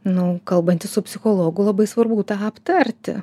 nu kalbantis su psichologu labai svarbu aptarti